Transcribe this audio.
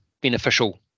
beneficial